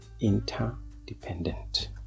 interdependent